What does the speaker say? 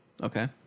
Okay